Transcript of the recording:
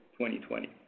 2020